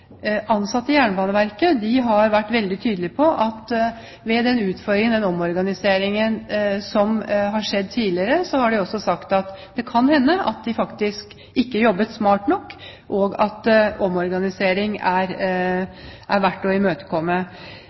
Ansatte i Jernbaneverket har vært veldig tydelige på at det kan hende at de ved den utfordringen, den omorganiseringen som har skjedd tidligere, faktisk ikke jobbet smart nok, og at